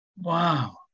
wow